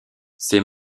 ses